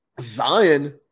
Zion